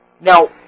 Now